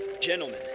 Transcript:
Gentlemen